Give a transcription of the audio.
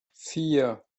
vier